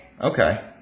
Okay